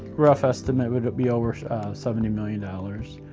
rough estimate would be over seventy million dollars.